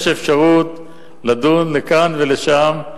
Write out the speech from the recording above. יש אפשרות לדון לכאן ולשם,